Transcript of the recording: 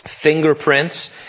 fingerprints